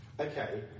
Okay